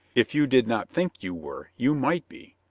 if you did not think you were you might be,